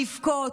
לבכות,